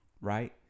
Right